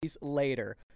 later